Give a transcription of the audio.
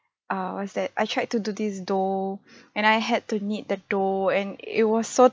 ah what's that I tried to do this dough and I had to knead the dough and it was so